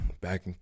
back